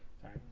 Sorry